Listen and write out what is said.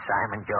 Simon